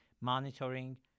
monitoring